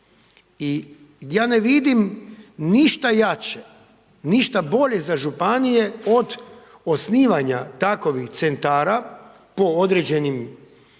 ja ne vidim ništa jače, ništa bolje za županije od osnivanja takovih centara po određenim